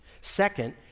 Second